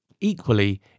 Equally